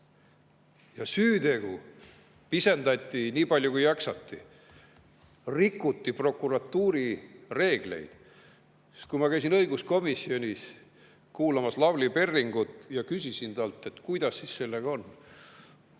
Süütegu pisendati nii palju, kui jaksati. Rikuti prokuratuuri reegleid. Ma käisin õiguskomisjonis kuulamas Lavly Perlingut ja küsisin talt, kuidas siis sellega on: